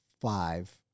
five